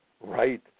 right